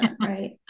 right